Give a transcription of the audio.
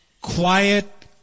quiet